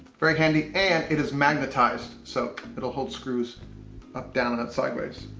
very handy and it is magnetized. so, it'll hold screws up, down and sideways.